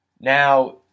Now